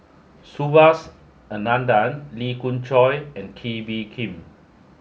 Subhas Anandan Lee Khoon Choy and Kee Bee Khim